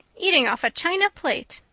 eating off a china plate.